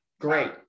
Great